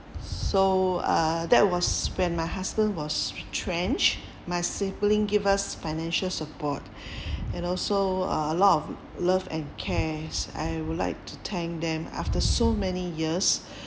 so uh that was when my husband was retrenched my sibling give us financial support and also a lot of love and cares I would like to thank them after so many years